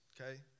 okay